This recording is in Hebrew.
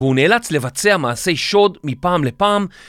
והוא נאלץ לבצע מעשי שוד מפעם לפעם